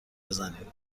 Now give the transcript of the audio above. بزنید